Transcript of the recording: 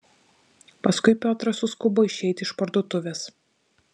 paskui piotras suskubo išeiti iš parduotuvės